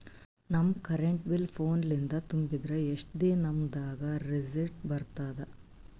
ನಮ್ current bill ಫೋನ ಲಿಂದೇ ತುಂಬಿದ್ರ, ಎಷ್ಟ ದಿ ನಮ್ ದಾಗ ರಿಸಿಟ ಬರತದ?